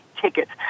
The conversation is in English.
tickets